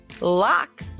lock